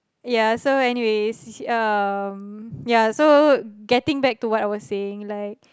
ya so anyways um ya so getting back to what I was saying like